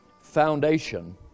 foundation